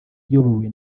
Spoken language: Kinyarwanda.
iyobowe